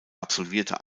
absolvierte